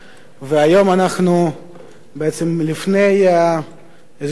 והיום אנחנו לפני איזה שינוי,